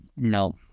No